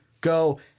go